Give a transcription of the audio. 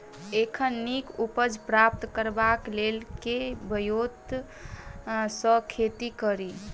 एखन नीक उपज प्राप्त करबाक लेल केँ ब्योंत सऽ खेती कड़ी?